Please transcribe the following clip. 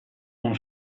con